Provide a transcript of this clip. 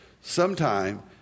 Sometime